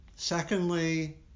Secondly